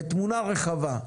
בתמונה רחבה,